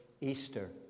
Easter